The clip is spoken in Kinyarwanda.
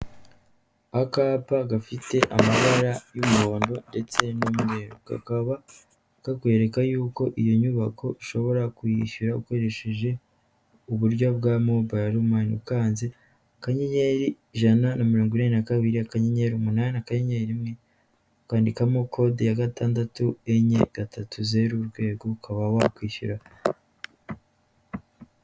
Akapa gafite amabara y'umuhondo ndetse n'umweru, kakaba kakwereka uko iyo nyubako ushobora kuyishyura ukoresheje uburyo bwa Mobile mani. Ukanze akanyenyeri ijana na mirongo inani na kabiri, akanyenyeri umunani kanyeri rimwe, ukandikamo kode ya gatandatu enye, gatatu zeru urwego, ukaba wakwishyuraho.